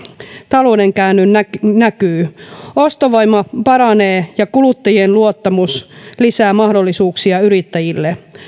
talouden käänne näkyy näkyy ostovoima paranee ja kuluttajien luottamus lisää mahdollisuuksia yrittäjille